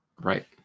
Right